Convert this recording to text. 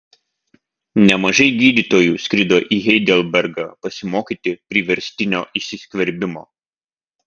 nemažai gydytojų skrido į heidelbergą pasimokyti priverstinio įsiskverbimo